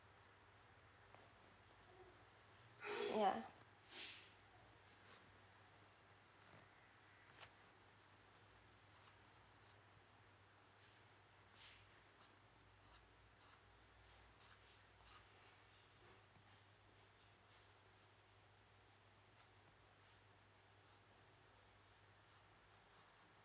ya